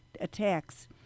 attacks